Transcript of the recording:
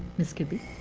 ms. kidby?